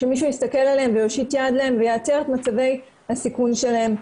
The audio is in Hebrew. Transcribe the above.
שמישהו יסתכל עליהם ויושיט להם יד ויאתר את מצבי הסיכון שלהם.